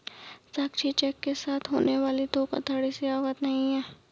साक्षी cheque के साथ होने वाली धोखाधड़ी से अवगत नहीं है